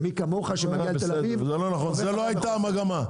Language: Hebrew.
זה לא נכון, זו לא היתה המגמה.